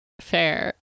fair